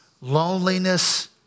loneliness